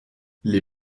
les